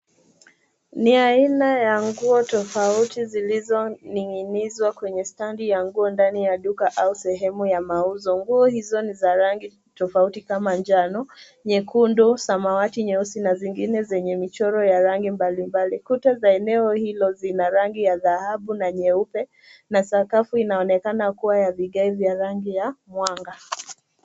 Ni aina ya nguo tofauti zilizoning'inizwa kwenye standi ya nguo ndani ya duka au sehemu ya mauzo. Nguo hizo ni za rangi tofauti kama njano, nyekundu, samawati, nyeusi na zingine zenye michoro ya rangi mbali mbali. Kuta za eneo hilo zina rangi ya dhahabu na nyeupe na sakafu inaonekana kuwa ya vigae vya rangi ya mwanga.